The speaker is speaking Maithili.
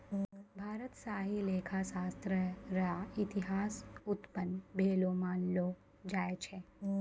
भारत स ही लेखा शास्त्र र इतिहास उत्पन्न भेलो मानलो जाय छै